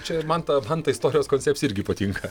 čia ir man ta man ta istorijos koncepcija irgi patinka